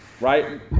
Right